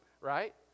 right